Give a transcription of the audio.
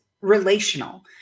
relational